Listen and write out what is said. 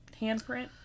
handprint